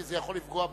כי זה יכול לפגוע בהם.